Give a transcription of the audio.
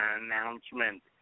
announcement